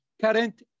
current